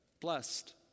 blessed